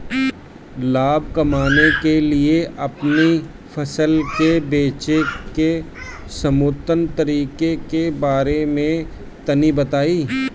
लाभ कमाने के लिए अपनी फसल के बेचे के सर्वोत्तम तरीके के बारे में तनी बताई?